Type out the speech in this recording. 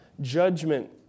judgment